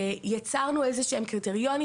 יצרנו איזה שהם קריטריונים.